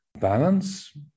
balance